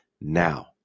now